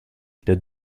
der